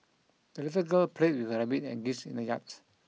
the little girl played with her rabbit and geese in the yard